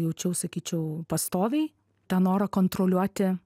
jaučiau sakyčiau pastoviai tą norą kontroliuoti